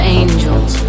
angels